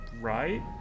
Right